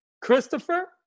Christopher